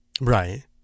Right